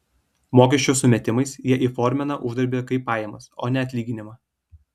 mokesčių sumetimais jie įformina uždarbį kaip pajamas o ne atlyginimą